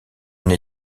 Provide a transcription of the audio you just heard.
une